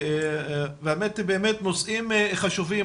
באמת נושאים חשובים,